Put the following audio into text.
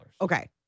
Okay